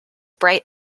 bright